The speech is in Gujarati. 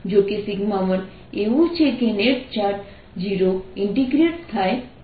જો કે 1 એવું છે કે નેટ ચાર્જ 0 ઇન્ટીગ્રેટ થાય છે